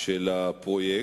של הפרויקט,